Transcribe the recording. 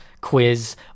quiz